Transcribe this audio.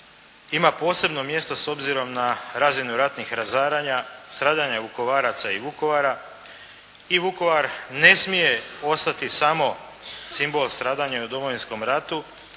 ima posebno mjesto s obzirom na razinu ratnih razaranja, stradanja Vukovaraca i Vukovara i Vukovar ne smije ostati samo simbol stradanja u Domovinskom ratu